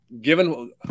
given